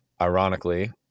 ironically